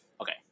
Okay